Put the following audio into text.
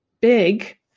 big